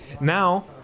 Now